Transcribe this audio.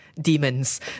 demons